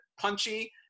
punchy